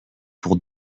pour